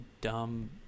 dumb